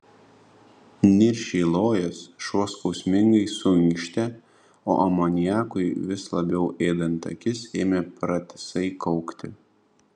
niršiai lojęs šuo skausmingai suinkštė o amoniakui vis labiau ėdant akis ėmė pratisai kaukti